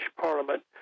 Parliament